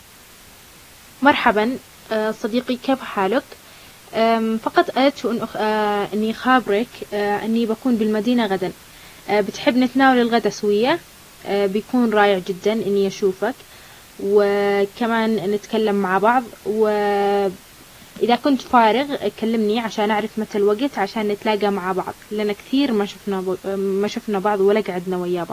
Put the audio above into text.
"هلا والله! بس حبيت أخبرك إني التقيت اليوم مع بعض الأصدقاء وقررنا نروح نتغدى مع بعض. إذا كنت فاضي، تعال وخلنا نلتقي! راح يكون في مطعم جديد جربناه وكلنا حابين نروح هناك. خلنا نتواصل ونحدد الوقت. إن شاء الله نشوفك قريب!"